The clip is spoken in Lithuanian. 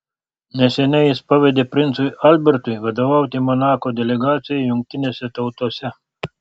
neseniai jis pavedė princui albertui vadovauti monako delegacijai jungtinėse tautose